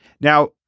Now